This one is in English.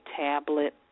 tablet